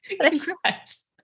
Congrats